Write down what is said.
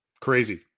Crazy